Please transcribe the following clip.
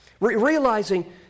realizing